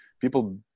people